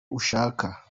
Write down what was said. ushaka